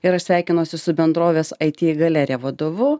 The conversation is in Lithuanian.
ir aš sveikinuosi su bendrovės aiti galerija vadovu